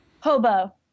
Hobo